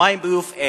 מים וביוב אין,